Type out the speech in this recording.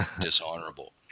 dishonorable